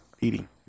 eating